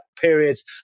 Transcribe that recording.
periods